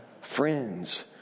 Friends